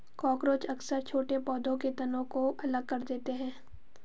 cockroach अक्सर छोटे पौधों के तनों को अलग कर देते हैं